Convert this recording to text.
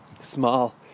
small